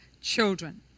children